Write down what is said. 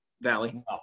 Valley